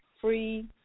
free